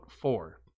four